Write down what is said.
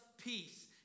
peace